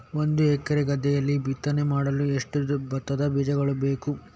ಒಂದು ಎಕರೆ ಗದ್ದೆಯಲ್ಲಿ ಬಿತ್ತನೆ ಮಾಡಲು ಎಷ್ಟು ಭತ್ತದ ಬೀಜಗಳು ಬೇಕು?